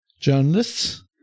journalists